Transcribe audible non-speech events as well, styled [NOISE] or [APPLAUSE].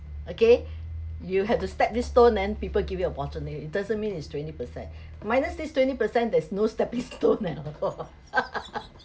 again you have to step this stone then people give you opportunity it doesn't mean is twenty percent minus these twenty percent there's no stepping [LAUGHS] stone leh [LAUGHS]